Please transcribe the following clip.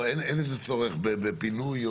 אין צורך בפינוי?